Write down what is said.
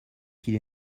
qu’il